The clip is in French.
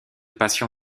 passion